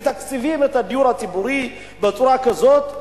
מתקצבים את הדיור הציבורי בצורה כזאת.